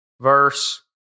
verse